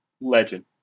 legend